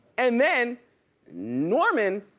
and then norman